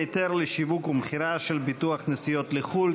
היתר לשיווק ומכירה של ביטוח נסיעות לחו"ל),